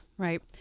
Right